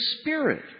spirit